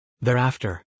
Thereafter